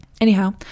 Anyhow